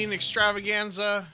extravaganza